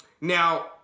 now